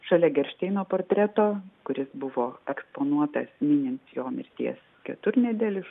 šalia geršteino portreto kuris buvo eksponuotas minint jo mirties keturnedėlį